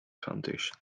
foundation